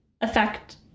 affect